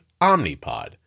Omnipod